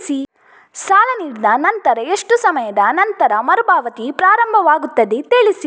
ಸಾಲ ನೀಡಿದ ನಂತರ ಎಷ್ಟು ಸಮಯದ ನಂತರ ಮರುಪಾವತಿ ಪ್ರಾರಂಭವಾಗುತ್ತದೆ ತಿಳಿಸಿ?